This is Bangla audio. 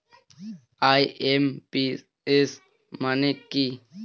আই.এম.পি.এস মানে কি?